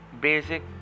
basic